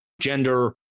gender